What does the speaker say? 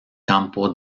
campo